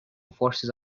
forces